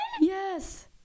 Yes